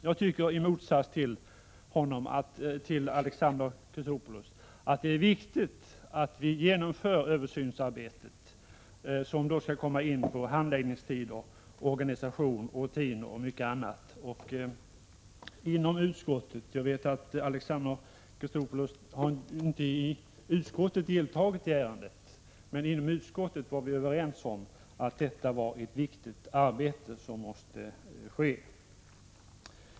Jag tycker i motsats till Alexander Chrisopoulos att det är viktigt att vi genomför detta översynsarbete, som kan komma in på handläggningstider, organisationsfrågor, rutiner och mycket annat. Jag vet att Alexander Chrisopoulos inte har deltagit i behandlingen av detta ärende i utskottet, men jag vill framhålla att vi inom utskottet var överens om att det här gäller ett viktigt arbete, som måste utföras.